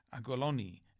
Agoloni